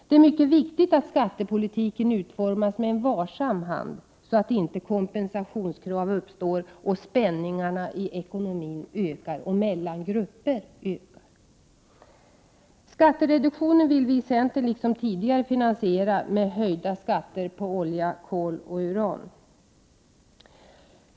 Det är mycket viktigt att skattepolitiken utformas med varsam hand, så att det inte uppstår kompensationskrav och spänningarna i ekonomin och mellan grupper ökar. Skattereduktionen vill vi i centern, liksom tidigare, finansiera med höjda skatter på olja, kol och uran.